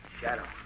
Shadow